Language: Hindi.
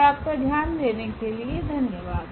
और आपका ध्यान देने के लिए धन्यवाद